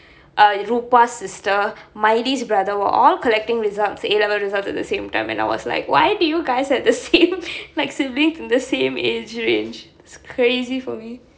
err rupa's sister miley's brother were all collecting results the A level results at the same time and I was like why do you guys have the same like siblings in the same age range it's crazy for me